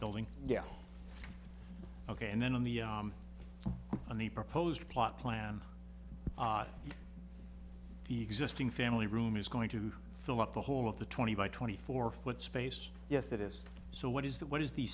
building yeah ok and then on the on the proposed plot plan the existing family room is going to fill up the whole of the twenty by twenty four foot space yes that is so what is that what is the